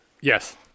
Yes